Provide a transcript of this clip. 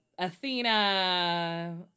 Athena